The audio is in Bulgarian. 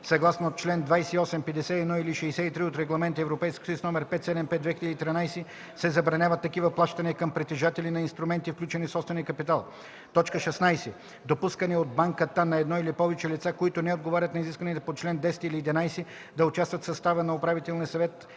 съгласно чл. 28, 51 или 63 от Регламент (ЕС) № 575/2013 се забраняват такива плащания към притежатели на инструменти, включени в собствения капитал; 16. допускане от банката на едно или повече лица, които не отговарят на изискванията по чл. 10 или 11, да участват в състава на управителния съвет,